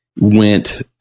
went